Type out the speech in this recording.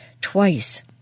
twice